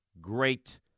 great